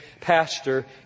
pastor